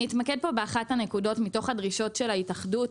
אני אתמקד פה באחת הנקודות מתוך הדרישות של ההתאחדות,